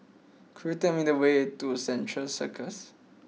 could you tell me the way to Central Circus